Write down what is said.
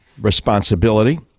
responsibility